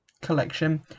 collection